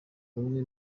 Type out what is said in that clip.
bumwe